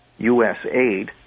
USAID